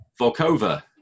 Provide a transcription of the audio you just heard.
Volkova